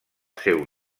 seu